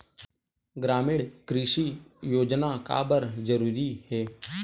ग्रामीण कृषि योजना काबर जरूरी हे?